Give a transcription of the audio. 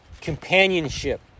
companionship